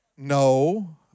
No